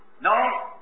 No